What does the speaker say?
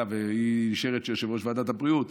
והיא נשארת יושבת-ראש ועדת הבריאות.